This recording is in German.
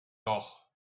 doch